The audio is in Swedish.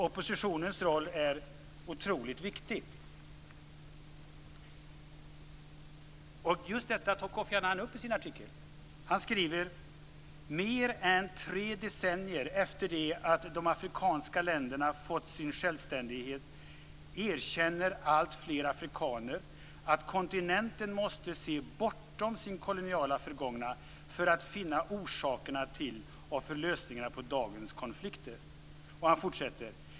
Oppositionens roll är alltså otroligt viktig. Just detta tar Kofi Annan upp i sin artikel. Han skriver: "- mer än tre decennier efter det att de afrikanska länderna fått sin självständighet erkänner allt fler afrikaner att kontinenten måste se bortom sitt koloniala förgångna för att finna orsakerna till och lösningarna på dagens konflikter.